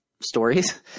stories